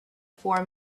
four